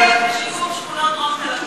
הקמת מינהלת לשיקום שכונות דרום תל-אביב.